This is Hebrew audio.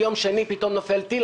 יום שני פתאום נופל טיל,